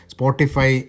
Spotify